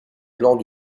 blanc